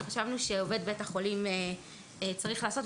וחשבנו שעובד בית החולים צריך לעשות.